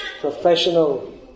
professional